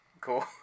Cool